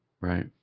right